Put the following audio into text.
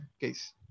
case